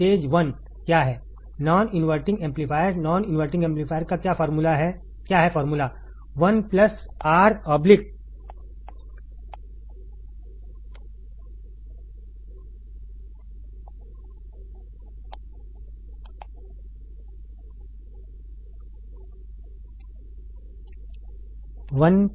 stage one क्या है non inverting amplifier non inverting amplifier क्या है फॉर्मूला 1 Rf1